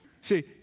See